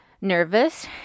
nervous